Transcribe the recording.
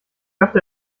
öfter